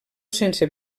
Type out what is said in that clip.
sense